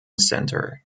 centre